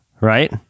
right